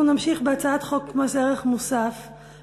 אנחנו נמשיך בהצעת חוק מס ערך מוסף (תיקון,